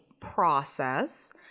process